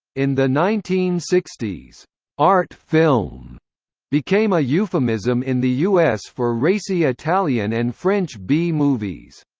in the nineteen sixty s art film became a euphemism in the u s. for racy italian and french b-movies.